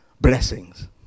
blessings